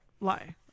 lie